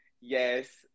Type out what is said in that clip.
Yes